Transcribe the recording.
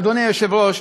אדוני היושב-ראש,